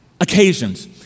occasions